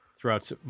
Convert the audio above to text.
throughout